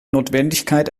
notwendigkeit